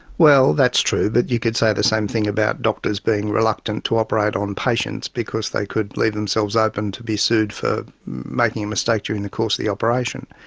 well that's true, but you could say the same thing about doctors being reluctant to operate on patients because they could leave themselves open to be sued for making a mistake during the course of the operation.